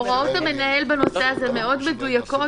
הוראות המנהל בנושא הזה מאוד מדויקות